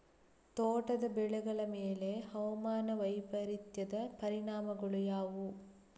ತೋಟದ ಬೆಳೆಗಳ ಮೇಲೆ ಹವಾಮಾನ ವೈಪರೀತ್ಯದ ಪರಿಣಾಮಗಳು ಯಾವುವು?